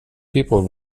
people